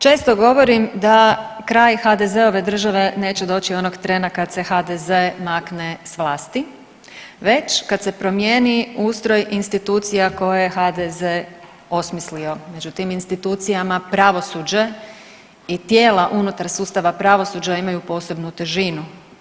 Često govorim da kraj HDZ-ove države neće doći onog trena kad se HDZ makne s vlasti već kad se promjeni ustroj institucija koje je HDZ osmislio, među tim institucijama pravosuđe i tijela unutar sustava pravosuđa imaju posebnu težinu.